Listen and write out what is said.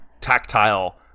tactile